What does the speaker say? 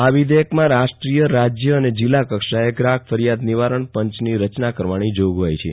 આ વિદેયકમાં રાષ્ટ્રીય રાજય અને જીલ્લા કક્ષાએ ગ્રાહક ફરિયાદ નિવારણ પંચની રચના કરવાની જોગવાઇ છે